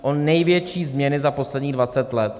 O největší změny za posledních 20 let!